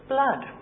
Blood